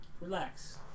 Relax